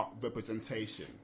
representation